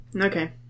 Okay